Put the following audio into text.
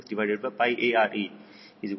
94rad ಮತ್ತು CLt6